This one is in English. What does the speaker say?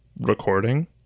recording